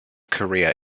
career